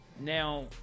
Now